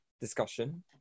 discussion